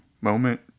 moment